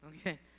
okay